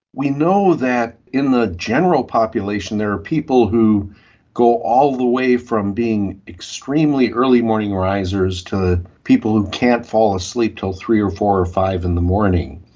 we know that in the general population there are people who go all the way from being extremely early morning risers to people who can't fall asleep until three or four or five in the morning.